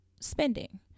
spending